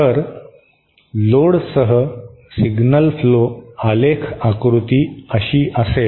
तर लोडसह signal flow आलेख आकृती अशी असेल